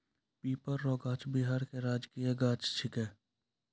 पीपर रो गाछ बिहार के राजकीय गाछ छिकै